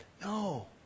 No